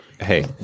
hey